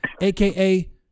AKA